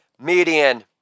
Median